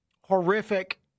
horrific